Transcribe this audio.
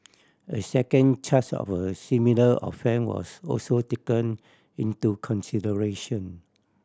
a second charge of a similar offence was also taken into consideration